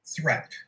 threat